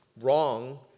wrong